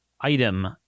item